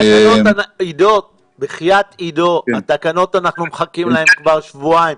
אנחנו מחכים לתקנות האלה כבר שבועיים.